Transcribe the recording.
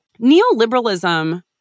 neoliberalism